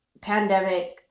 Pandemic